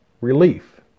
relief